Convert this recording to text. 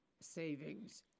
savings